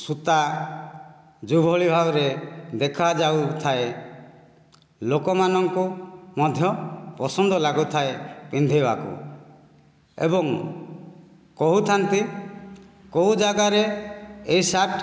ସୂତା ଯେଉଁଭଳି ଭାବରେ ଦେଖାଯାଉଥାଏ ଲୋକମାନଙ୍କୁ ମଧ୍ୟ ପସନ୍ଦ ଲାଗୁଥାଏ ପିନ୍ଧିବାକୁ ଏବଂ କହୁଥାନ୍ତି କେଉଁ ଯା ଗାରେ ଏ ସାର୍ଟ